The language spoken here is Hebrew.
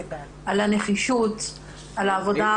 על הנחישות ועל העבודה.